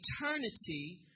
eternity